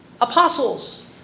apostles